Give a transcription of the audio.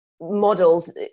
models